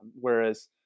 Whereas